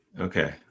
Okay